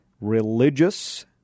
religious